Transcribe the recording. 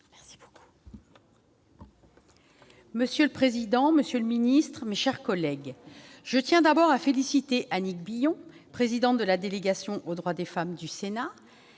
Monsieur le président, monsieur le secrétaire d'État, mes chers collègues, je tiens d'abord à féliciter Annick Billon, présidente de la délégation aux droits des femmes du Sénat,